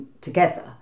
together